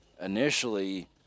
initially